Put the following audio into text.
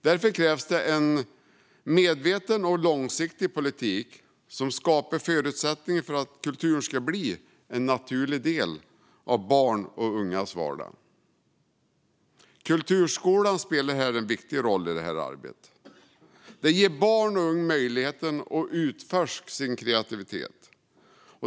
Därför krävs det en medveten och långsiktig politik som skapar förutsättningar för att kulturen ska bli en naturlig del av barns och ungas vardag. Kulturskolan spelar en viktig roll i det arbetet. Den ger barn och unga möjlighet utforska sin kreativitet.